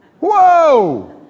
whoa